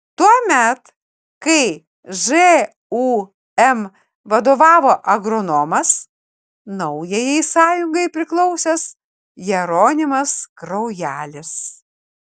tuomet kai žūm vadovavo agronomas naujajai sąjungai priklausęs jeronimas kraujelis